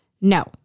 No